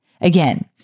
Again